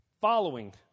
following